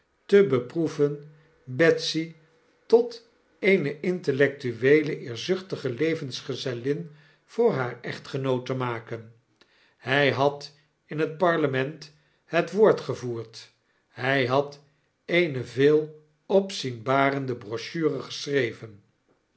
te beproeven betsy tot eene intellectueele eerzuchtige levensgezellin voor haar echtgenoot te maken hij had in het parlement het woord gevoerd hij had eene veel opzienbarende brochure geschreven